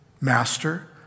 Master